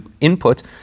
input